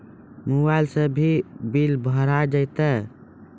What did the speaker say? Mobile से भी bill भरा जाता हैं?